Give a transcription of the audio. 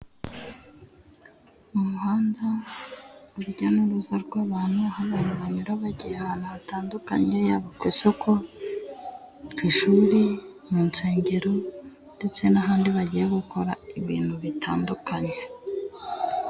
Umuhanda, urujya n'uruza rw'abantu. Aho abantu banyura bagiye ahantu hatandukanye; yaba ku isoko, ku ishuri mu nsengero ndetse n'ahandi bagiye gukora ibintu bitandukanye.